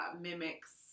mimics